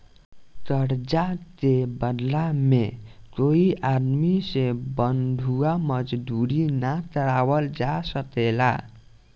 कर्जा के बदला में कोई आदमी से बंधुआ मजदूरी ना करावल जा सकेला